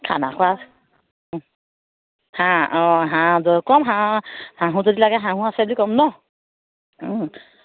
খানা খোৱা ম হাঁহ অঁ হাঁহ দ ক'ম হাঁহ হাঁহো যদি লাগে হাঁহো আছে বুলি ক'ম ন